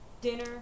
dinner